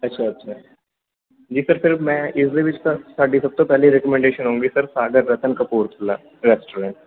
ਅੱਛਾ ਅੱਛਾ ਨਹੀਂ ਸਰ ਫਿਰ ਮੈਂ ਇਸ ਦੇ ਵਿੱਚ ਸਰ ਸਾਡੀ ਸਭ ਤੋਂ ਪਹਿਲੀ ਰਿਕਮੈਂਡੇਸ਼ਨ ਹੋਊਗੀ ਸਰ ਸਾਗਰ ਰਤਨ ਕਪੂਰਥਲਾ ਰੈਸਟੋਰੈਂਟ